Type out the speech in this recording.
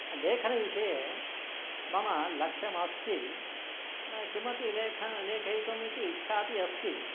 लेखनविषये मम लक्ष्यमस्ति किमपि लेखितुम् इति इच्छा अपि अस्ति